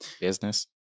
business